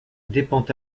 dépend